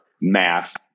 Math